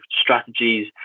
strategies